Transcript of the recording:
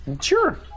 Sure